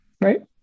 Right